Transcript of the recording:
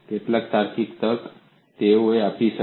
કેટલાક તાર્કિક તર્ક તેઓ તે આપી શકશે